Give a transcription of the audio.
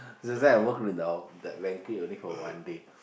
so that's why I work with the of~ that banquet only for one day